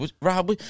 Rob